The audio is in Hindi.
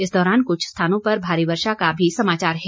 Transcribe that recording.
इस दौरान कुछ स्थानों पर भारी वर्षा का भी समाचार है